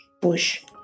push